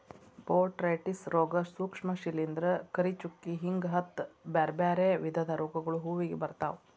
botrytis ರೋಗ, ಸೂಕ್ಷ್ಮ ಶಿಲಿಂದ್ರ, ಕರಿಚುಕ್ಕಿ ಹಿಂಗ ಹತ್ತ್ ಬ್ಯಾರ್ಬ್ಯಾರೇ ವಿಧದ ರೋಗಗಳು ಹೂವಿಗೆ ಬರ್ತಾವ